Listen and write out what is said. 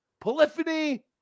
Polyphony